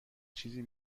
چیزی